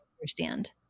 understand